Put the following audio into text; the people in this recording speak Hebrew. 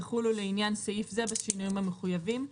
יחולו לעניין סעיף זה בשינויים המחויבים."